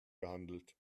gehandelt